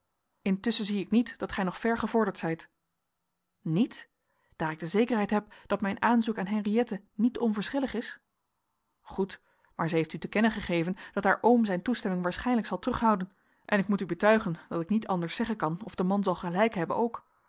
intusschen zie ik niet dat gij nog ver gevorderd zijt niet daar ik de zekerheid heb dat mijn aanzoek aan henriëtte niet onverschillig is goed maar zij heeft u te kennen gegeven dat haar oom zijn toestemming waarschijnlijk zal terughouden en ik moet u betuigen dat ik niet anders zeggen kan of de man zal gelijk hebben ook